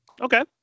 okay